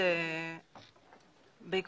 בערך ב-5%,